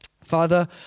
Father